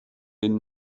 den